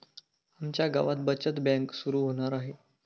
आमच्या गावात बचत बँक सुरू होणार आहे